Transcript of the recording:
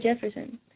Jefferson